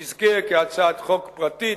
תזכה, כהצעת חוק פרטית,